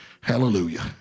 Hallelujah